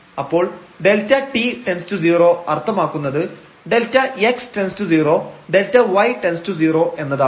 അപ്പോൾ Δt→0 അർത്ഥമാക്കുന്നത് Δx→0 Δy→0 എന്നതാണ്